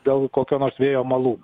dėl kokio nors vėjo malūno